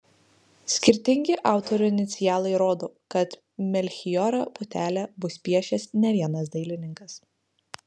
skirtingi autorių inicialai rodo kad melchijorą putelę bus piešęs ne vienas dailininkas